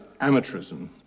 amateurism